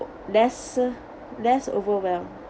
lesser less overwhelmed